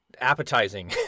appetizing